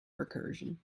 recursion